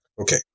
okay